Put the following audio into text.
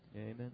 Amen